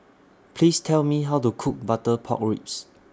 Please Tell Me How to Cook Butter Pork Ribs